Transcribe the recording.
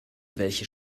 welche